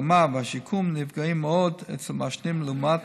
ההחלמה והשיקום נפגעים מאוד אצל מעשנים לעומת